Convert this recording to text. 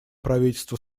правительство